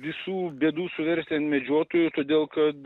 visų bėdų suverst ant medžiotojų todėl kad